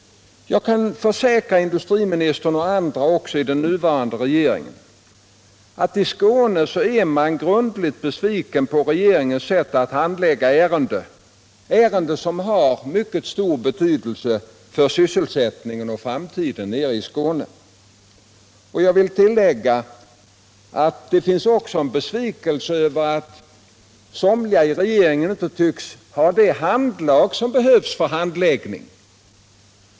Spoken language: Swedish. Jag kan försäkra industriministern, och andra också i den nuvarande regeringen, att man i Skåne är grundligt besviken på regeringens sätt att handlägga ärenden som har mycket stor betydelse för sysselsättningen och framtiden nere i Skåne. Jag vill tillägga att man också känner besvikelse över att somliga i regeringen inte tycks ha det handlag som behövs för handläggningen.